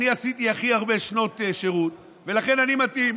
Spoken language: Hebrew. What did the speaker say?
אני עשיתי הכי הרבה שנות שירות, ולכן אני מתאים.